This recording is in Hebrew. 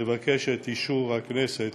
את אישור הכנסת